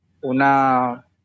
una